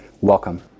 welcome